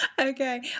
Okay